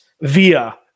via